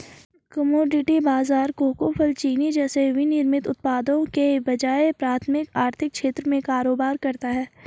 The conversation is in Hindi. कमोडिटी बाजार कोको, फल, चीनी जैसे विनिर्मित उत्पादों के बजाय प्राथमिक आर्थिक क्षेत्र में कारोबार करता है